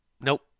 Nope